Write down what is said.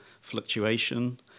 fluctuation